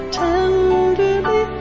tenderly